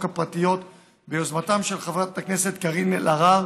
הפרטיות ביוזמתם של חברת הכנסת קארין אלהרר